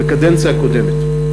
בקדנציה הקודמת.